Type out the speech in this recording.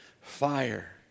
fire